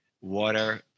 water